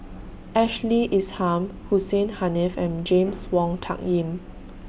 Ashley Isham Hussein Haniff and James Wong Tuck Yim